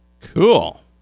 cool